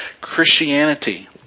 Christianity